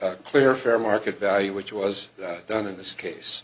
clear fair market value which was done in this case